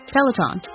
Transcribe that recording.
Peloton